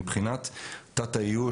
מבחינת תת האיוש,